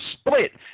split